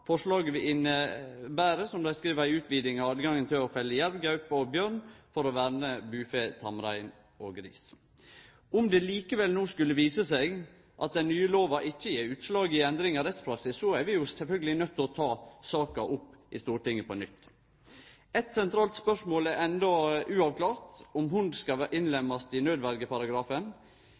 Forslaget vil innebere, som dei skreiv, ei utviding av høvet til å felle jerv, gaupe og bjørn for å verne bufe, tamrein og gris. Om det likevel skulle vise seg at den nye lova ikkje gjev utslag i endring av rettspraksis, er vi sjølvsagt nøydde til å ta saka opp i Stortinget på nytt. Eit sentralt spørsmål er enno uavklart, nemleg om hund skal innlemmast i